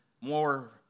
More